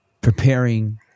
preparing